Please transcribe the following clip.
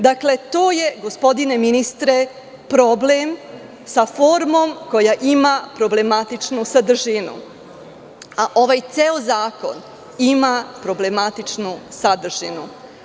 Dakle, to je, gospodine ministre, problem sa formom koja ima problematičnu sadržinu, a ovaj ceo zakon ima problematičnu sadržinu.